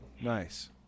Nice